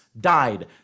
died